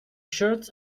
shirts